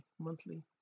monthly